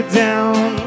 down